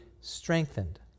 strengthened